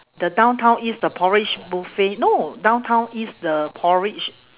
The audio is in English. the downtown east the porridge buffet no downtown east the porridge